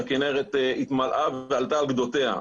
שהכנרת התמלאה ועלתה על גדותיה,